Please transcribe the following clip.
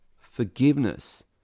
forgiveness